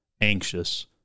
anxious